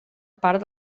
part